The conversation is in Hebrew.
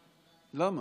למה?